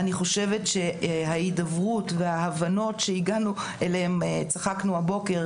אני חושבת שההידברות וההבנות שהגענו אליהן צחקנו הבוקר,